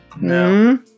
No